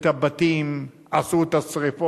את הבתים, עשו את השרפות.